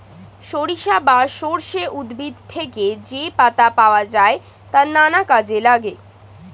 সরিষা বা সর্ষে উদ্ভিদ থেকে যে পাতা পাওয়া যায় তা নানা কাজে লাগে